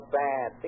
bad